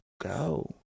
go